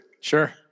Sure